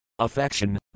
Affection